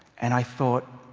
and i thought,